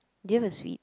do you have a sweet